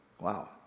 Wow